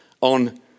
on